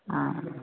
हा